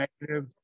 negative